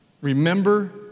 Remember